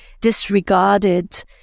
disregarded